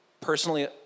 Personally